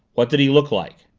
what did he look like?